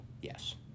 Yes